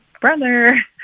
brother